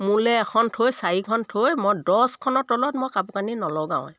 মোলৈ এখন থৈ চাৰিখন থৈ মই দহখনৰ তলত মই কাপোৰ কানি নলগাৱে